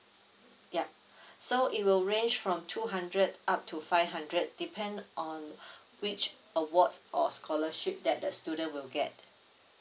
ya so it will range from two hundred up to five hundred depend on which awards or scholarship that the student will get